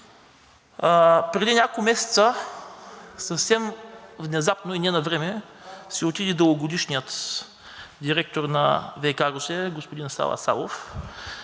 Преди няколко месеца съвсем внезапно и не навреме си отиде дългогодишният директор на ВиК – Русе, господин Сава Савов